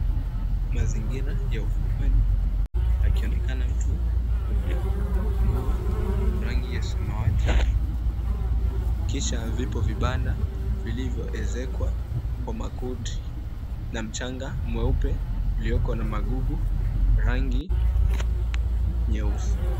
Mazingira ya ufukweni akionekana mtu aliyevalia nguo rangi ya samawati. Kisha vipo vibanda vilivyoezekwa kwa makuti na mchanga mweupe ulioko na magugu rangi nyeusi.